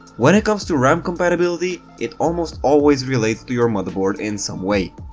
when it comes to ram compatibility, it almost always relates to your motherboard in some way,